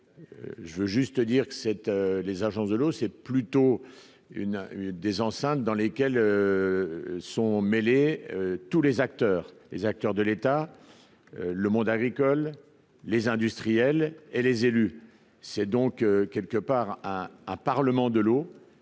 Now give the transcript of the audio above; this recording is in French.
je veux juste te dire que cette les agences de l'eau, c'est plutôt une une des enceintes dans lesquelles sont mêlés, tous les acteurs, les acteurs de l'État, le monde agricole, les industriels et les élus, c'est donc quelque part à un parlement de l'eau